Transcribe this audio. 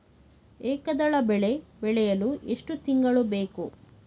ಏಕದಳ ಬೆಳೆ ಬೆಳೆಯಲು ಎಷ್ಟು ತಿಂಗಳು ಬೇಕು?